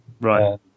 Right